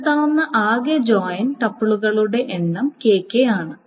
കണ്ടെത്താവുന്ന ആകെ ജോയിൻ ടുപ്പിളുകളുടെ എണ്ണം kk ആണ്